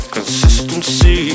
Consistency